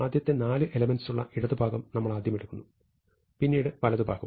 ആദ്യത്തെ നാല് എലെമെന്റ്സുള്ള ഇടത് ഭാഗം നമ്മൾ ആദ്യം എടുക്കുന്നു പിന്നീട് വലതു ഭാഗവും